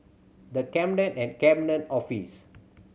The Cabinet and Cabinet Office